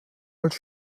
als